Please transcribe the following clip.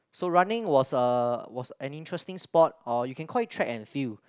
so running was a was an interesting sport or you can call it track and field